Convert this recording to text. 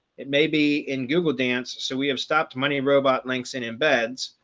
it may be in google dance. so we have stopped money robot links in embeds.